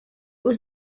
was